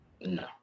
No